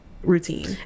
routine